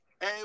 Hey